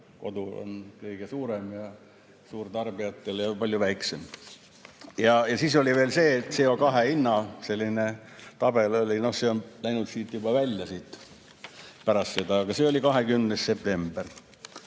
on kõige suurem ja suurtarbijatel on palju väiksem. Ja siis oli veel see, et CO2hinna tabel oli. No see on läinud siit juba välja pärast seda. Aga see oli 20. septembril.